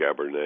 Cabernet